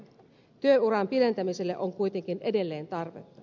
työuran pidentämiselle on kuitenkin edelleen tarvetta